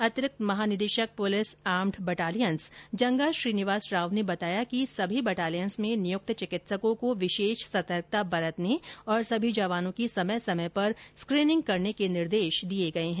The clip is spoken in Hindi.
अतिरिक्त महानिदेशक पुलिस आर्म्ड बटालियन्स जंगा श्रीनिवास राव ने बताया कि सभी आर्म्ड बटालियन्स में नियुक्त चिकित्सकों को विशेष सतर्कता बरतने और सभी जवानों की समय समय पर स्क्रीनिंग करने के निर्देश दिए गए हैं